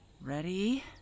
Ready